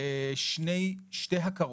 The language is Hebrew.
שתי הכרות.